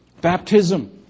Baptism